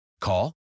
Call